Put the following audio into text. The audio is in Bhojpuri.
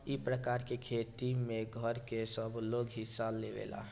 ई प्रकार के खेती में घर के सबलोग हिस्सा लेवेला